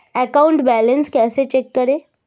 Account balance कैसे check करें?